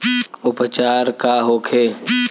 उपचार का होखे?